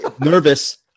nervous